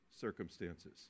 circumstances